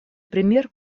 пример